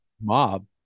mob